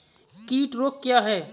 कीट रोग क्या है?